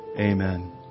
Amen